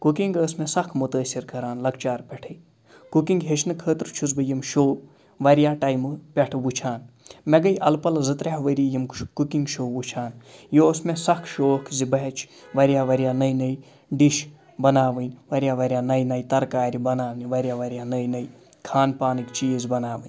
cooking ٲس مےٚ سَکھ مُتٲثر کَران لَکچار پٮ۪ٹھَے کُکِنٛگ ہیٚچھنہٕ خٲطرٕ چھُس بہٕ یِم شووٚ واریاہ ٹایمہٕ پٮ۪ٹھ وُچھان مےٚ گٔے اَلہٕ پَلہٕ زٕ ترٛےٚ ؤری یِم شووٚ کُکِنٛگ شووٚ وُچھان یہِ اوٗس مےٚ سکھ شوق زِ بہٕ ہیٚچھہِ واریاہ واریاہ نٔے نٔے ڈِش بَناوٕنۍ واریاہ واریاہ نَیہِ نَیہِ تَرکارِ بَناونہِ واریاہ واریاہ نٔے نٔے کھان پانٕکۍ چیٖز بَناوٕنۍ